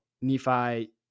Nephi